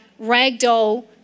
ragdoll